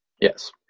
Yes